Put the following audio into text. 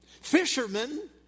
Fishermen